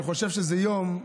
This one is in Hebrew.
אני חושב שזה יום,